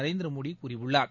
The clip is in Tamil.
நரேந்திரமோடி கூறியுள்ளார்